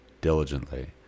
diligently